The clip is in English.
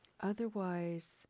Otherwise